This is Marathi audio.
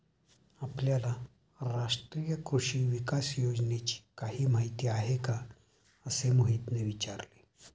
आपल्याला राष्ट्रीय कृषी विकास योजनेची काही माहिती आहे का असे मोहितने विचारले?